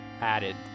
added